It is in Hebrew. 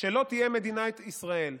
שלא תהיה מדינת ישראל.